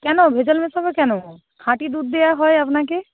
কেন ভেজাল মেশাবো কেন খাঁটি দুধ দেওয়া হয় আপনাকে